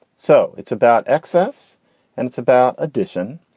so it's about excess and it's about addition.